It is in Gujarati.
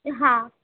હા